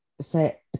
say